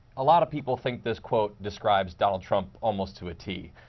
a lot of people think this quote describes donald trump almost to a t.